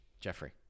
Jeffrey